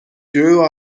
grew